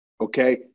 okay